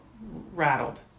rattled